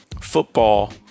football